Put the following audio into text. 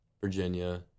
Virginia